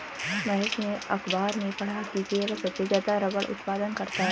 महेश ने अखबार में पढ़ा की केरल सबसे ज्यादा रबड़ उत्पादन करता है